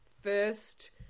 first